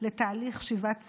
לתהליך שיבת ציון".